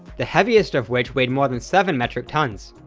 the heaviest of which weighed more than seven metric tonnes.